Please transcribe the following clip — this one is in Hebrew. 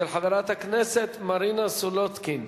של חברת הכנסת מרינה סולודקין.